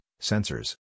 sensors